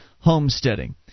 homesteading